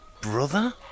brother